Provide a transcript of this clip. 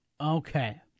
Okay